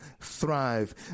thrive